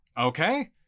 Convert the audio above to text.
Okay